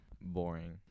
boring